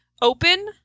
open